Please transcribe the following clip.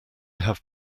have